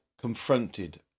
confronted